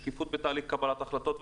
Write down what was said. שקיפות בתהליך קבלת החלטות,